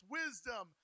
wisdom